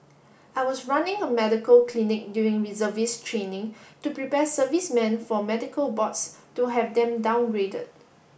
I was running a medical clinic during reservist training to prepare servicemen for medical boards to have them downgraded